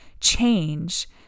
change